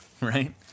Right